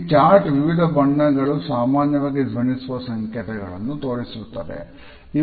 ಈ ಚಾರ್ಟ್ ವಿವಿಧ ಬಣ್ಣಗಳು ಸಾಮಾನ್ಯವಾಗಿ ಧ್ವನಿಸುವ ಸಂಕೇತಗಳನ್ನು ತೋರಿಸುತ್ತದೆ